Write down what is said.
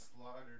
slaughtered